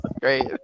Great